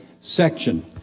section